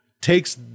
takes